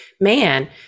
Man